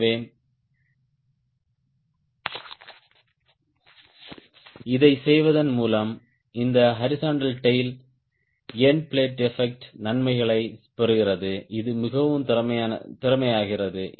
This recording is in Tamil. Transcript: எனவே இதைச் செய்வதன் மூலம் இந்த horizontal tail end plate effect நன்மைகளைப் பெறுகிறது இது மிகவும் திறமையாகிறது